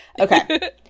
Okay